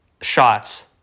shots